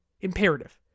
Imperative